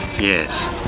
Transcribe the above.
yes